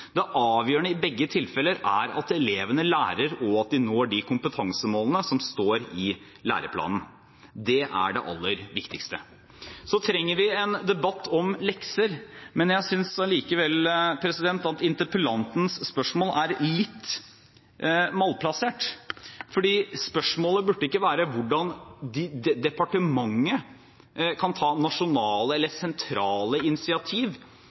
Det avgjørende i begge tilfeller er at elevene lærer, og at de når de kompetansemålene som står i læreplanen. Det er det aller viktigste. Vi trenger en debatt om lekser, men jeg synes likevel at interpellantens spørsmål er litt malplassert, for spørsmålet burde ikke være hvordan departementet kan ta nasjonale eller sentrale initiativ